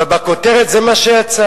אבל בכותרת זה מה שיצא,